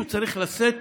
מישהו צריך לשאת